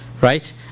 Right